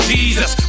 Jesus